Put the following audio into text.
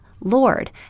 Lord